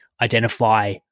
identify